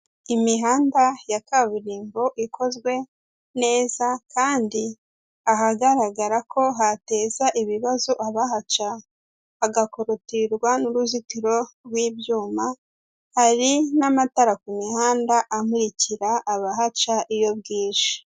Imihanda ya kaburimbo ikozwe neza kandi ahagaragara ko hateza ibibazo abahaca, hagakotirwa n'uruzitiro rw'ibyuma, hari n'amatara ku mihanda amurikira abahaca iyo bwije.